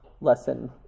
lesson